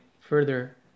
further